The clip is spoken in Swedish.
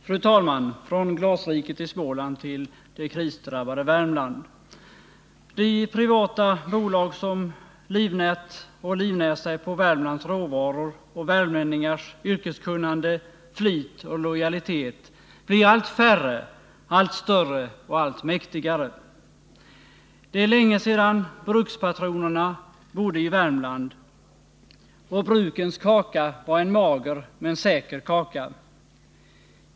Fru talman! Från glasriket i Småland till det krisdrabbade Värmland. De privata bolag som livnärt och livnär sig på Värmlands råvaror och värmlänningars yrkeskunnande, flit och lojalitet blir allt färre, allt större och allt mäktigare. Det är länge sedan brukspatronerna bodde i Värmland och brukens kaka var en mager men säker kaka.